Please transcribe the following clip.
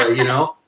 ah you know.